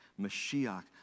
Mashiach